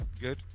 Good